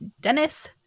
Dennis